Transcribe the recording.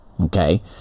okay